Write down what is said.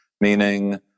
Meaning